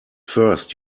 first